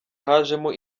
hajemo